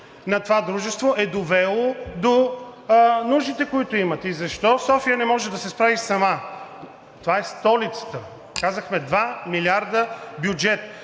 на това дружество е довело до нуждите, които имат. И защо София не може да се справи сама? Това е столицата! Казахме 2 милиарда бюджет.